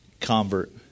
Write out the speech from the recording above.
convert